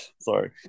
sorry